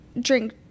drink